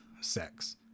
sex